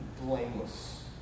blameless